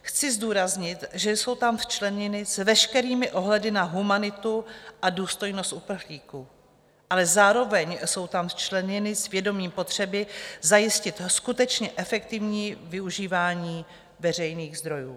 Chci zdůraznit, že jsou tam včleněny s veškerými ohledy na humanitu a důstojnost uprchlíků, ale zároveň jsou tam včleněny s vědomím potřeby zajistit skutečně efektivní využívání veřejných zdrojů.